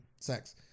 Sex